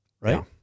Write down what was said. right